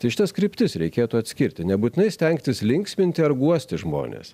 tai šitas kryptis reikėtų atskirti nebūtinai stengtis linksminti ar guosti žmones